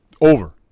over